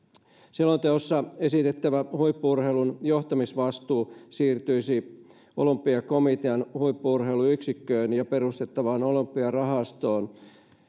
selonteossa esitettävä huippu urheilun johtamisvastuu siirtyisi olympiakomitean huippu urheiluyksikköön ja perustettavaan olympiarahastoon